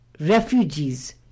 refugees